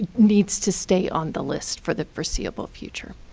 needs to stay on the list for the foreseeable future.